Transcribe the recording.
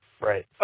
Right